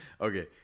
Okay